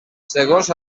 segons